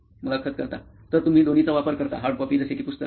मुलाखत कर्ता तर तुम्ही दोन्हीचा वापर करता हार्ड कॉपी जसे कि पुस्तक व